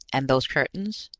and those curtains?